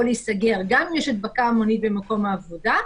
להיסגר גם אם יש הדבקה המונית במקום העבודה,